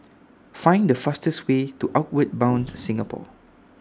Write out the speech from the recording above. Find The fastest Way to Outward Bound Singapore